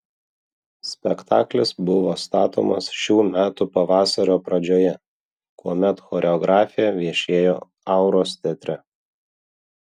spektaklis buvo statomas šių metų pavasario pradžioje kuomet choreografė viešėjo auros teatre